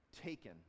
taken